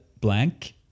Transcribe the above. blank